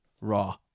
raw